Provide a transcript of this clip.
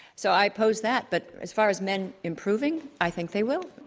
so i pose that. but as far as men improving, i think they will.